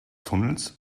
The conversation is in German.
tunnels